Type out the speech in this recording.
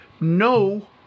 no